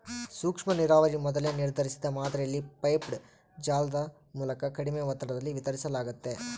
ಸೂಕ್ಷ್ಮನೀರಾವರಿ ಮೊದಲೇ ನಿರ್ಧರಿಸಿದ ಮಾದರಿಯಲ್ಲಿ ಪೈಪ್ಡ್ ಜಾಲದ ಮೂಲಕ ಕಡಿಮೆ ಒತ್ತಡದಲ್ಲಿ ವಿತರಿಸಲಾಗ್ತತೆ